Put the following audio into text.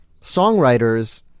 songwriters